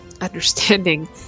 understanding